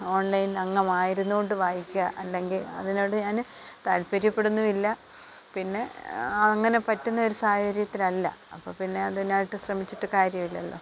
online അംഗമായി ഇരുന്നുകൊണ്ട് വായിക്കുക അല്ലെങ്കിൽ അതിനോട് ഞാൻ താല്പര്യപ്പെടുന്നുമില്ല പിന്നെ അങ്ങനെ പറ്റുന്ന ഒരു സാഹചര്യത്തിലല്ല അപ്പോൾ പിന്നെ അതിനായിട്ട് ശ്രമിച്ചിട്ട് കാര്യമില്ലല്ലോ